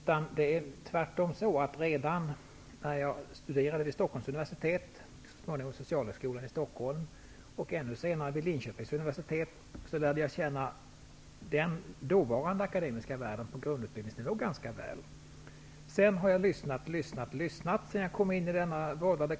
Tvärtom är det så att jag när jag studerade vid Stockholms universitet, så småningom vid Socialhögskolan i Stockholm, och ännu senare vid Linköpings universitet, lärde känna den dåvarande akademiska världen på grundutbildningsnivå ganska väl. Sedan jag kom in i denna vördade kammare har jag lyssnat och lyssnat.